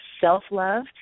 self-love